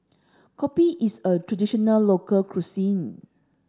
Kopi is a traditional local cuisine